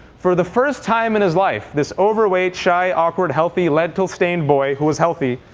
for the first time in his life, this overweight, shy, awkward, healthy, lentil stained boy, who was healthy,